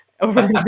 Over